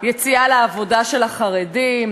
יציאה לעבודה של חרדים,